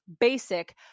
basic